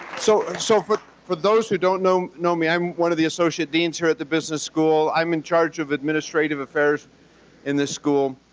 so, so for for those who don't know know me, i'm one of the associate deans here at the business school. i'm in charge of administrative affairs in this school,